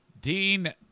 Dean